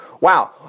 Wow